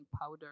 powder